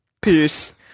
Peace